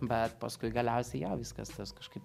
bet paskui galiausiai jo viskas tas kažkaip